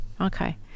Okay